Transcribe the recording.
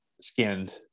skinned